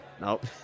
nope